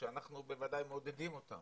שאנחנו בוודאי מעודדים אותם,